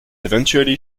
eventually